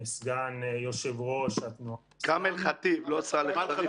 וגם חלילה